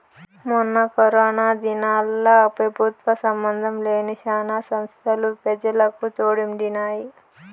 మొన్న కరోనా దినాల్ల పెబుత్వ సంబందం లేని శానా సంస్తలు పెజలకు తోడుండినాయి